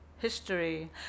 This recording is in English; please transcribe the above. history